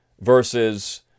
versus